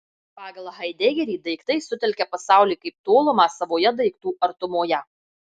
pagal haidegerį daiktai sutelkia pasaulį kaip tolumą savoje daiktų artumoje